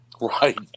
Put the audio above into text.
right